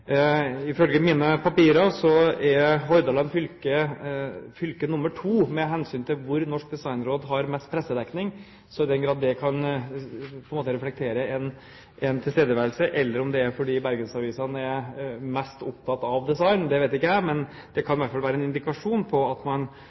Ifølge mine papirer er Hordaland fylke fylke nr. 2 med hensyn til hvor Norsk Designråd har mest pressedekning. I hvilken grad det på en måte reflekterer en tilstedeværelse, eller om bergensavisene er mest opptatt av design, det vet ikke jeg, men det kan i hvert fall være en indikasjon på at man